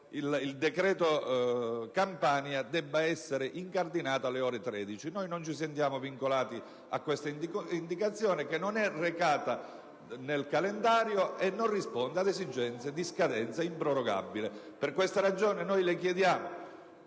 del decreto Campania debba essere incardinato alle ore 13. Noi non ci sentiamo vincolati a questa indicazione, che non è recata nel calendario e non risponde a esigenze di scadenza improrogabile. Per questa ragione le chiediamo,